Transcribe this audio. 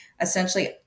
essentially